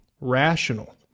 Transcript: rational